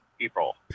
April